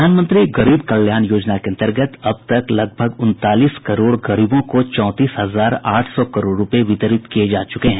प्रधानमंत्री गरीब कल्याण योजना के अंतर्गत अब तक करीब उनतालीस करोड़ गरीबों को चौंतीस हजार आठ सौ करोड़ रूपये वितरित किये जा चुके हैं